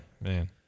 Man